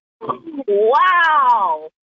Wow